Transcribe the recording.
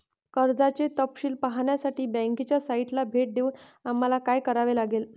कर्जाचे तपशील पाहण्यासाठी बँकेच्या साइटला भेट देऊन आम्हाला काय करावे लागेल?